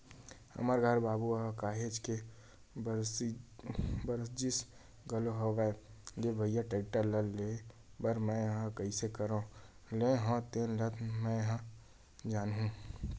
हमर घर बाबू ह काहेच के बरजिस घलोक हवय रे भइया टेक्टर ल लेय बर मैय ह कइसे करके लेय हव तेन ल मैय ह जानहूँ